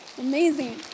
Amazing